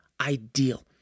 ideal